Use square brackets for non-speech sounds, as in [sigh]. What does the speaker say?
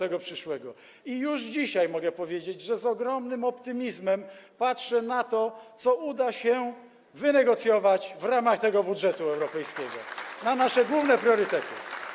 I już dzisiaj mogę powiedzieć, że z ogromnym optymizmem patrzę na to, co uda się wynegocjować w ramach tego budżetu europejskiego [applause] na nasze główne priorytety.